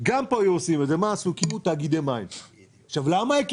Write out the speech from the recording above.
רק לחינוך וגם כאן היו עושים את זה - אבל מה עשו?